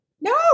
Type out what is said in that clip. no